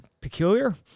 peculiar